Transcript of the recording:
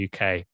UK